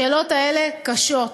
השאלות האלה קשות.